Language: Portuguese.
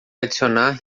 adicionar